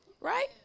Right